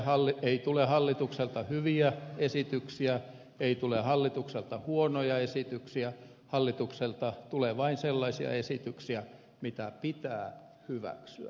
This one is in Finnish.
hallitukselta ei tule hyviä esityksiä hallitukselta ei tule huonoja esityksiä hallitukselta tulee vain sellaisia esityksiä mitkä pitää hyväksyä